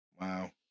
Wow